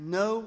no